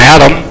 Adam